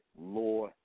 law